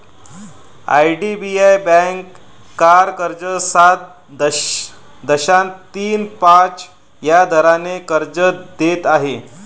IDBI bank car कर्ज सात दशांश तीन पाच या दराने कर्ज देत आहे